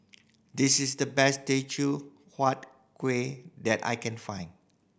this is the best Teochew Huat Kueh that I can find